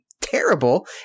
terrible